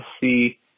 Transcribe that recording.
see